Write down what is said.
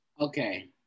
Okay